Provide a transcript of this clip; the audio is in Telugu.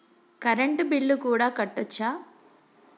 కరెంటు బిల్లు కూడా కట్టొచ్చా?